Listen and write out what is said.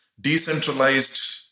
decentralized